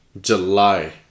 July